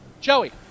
Joey